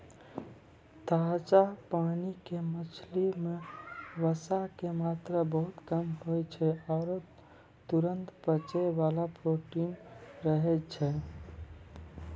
ताजा पानी के मछली मॅ वसा के मात्रा बहुत कम होय छै आरो तुरत पचै वाला प्रोटीन रहै छै